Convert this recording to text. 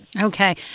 Okay